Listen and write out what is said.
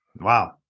Wow